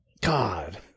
God